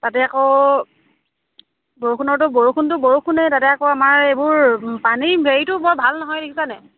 তাতে আকৌ বৰষুণৰতো বৰষুণটো বৰষুণেই তাতে আকৌ আমাৰ এইবোৰ পানীৰ হেৰিটো বৰ ভাল নহয় দেখিছানে